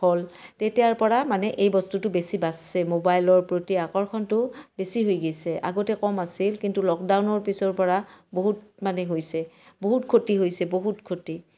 হ'ল তেতিয়াৰপৰা মানে এই বস্তুটো বেছি বাঢ়িছে ম'বাইলৰ প্ৰতি আকৰ্ষণটো বেছি হৈ গৈছে আগতে কম আছিল কিন্তু লকডাউনৰ পিছৰপৰা বহুত মানে হৈছে বহুত ক্ষতি হৈছে বহুত ক্ষতি